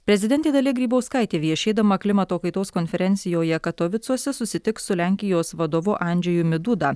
prezidentė dalia grybauskaitė viešėdama klimato kaitos konferencijoje katovicuose susitiks su lenkijos vadovu andžejumi duda